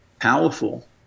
powerful